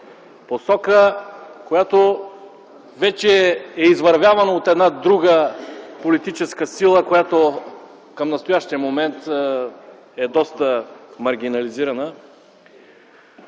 посока, която вече е извървявана от една друга политическа сила, която към настоящия момент е доста маргинализирана.